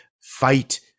fight